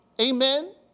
Amen